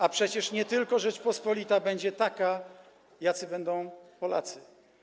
A przecież nie tylko Rzeczpospolita będzie taka, jacy będą Polacy.